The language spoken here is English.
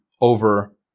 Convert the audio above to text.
over